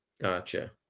Gotcha